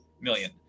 million